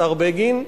השר בגין,